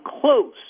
close